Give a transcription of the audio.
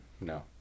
No